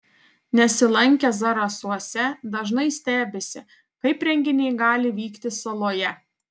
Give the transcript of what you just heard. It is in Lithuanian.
nesilankę zarasuose dažnai stebisi kaip renginiai gali vykti saloje